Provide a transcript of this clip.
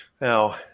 Now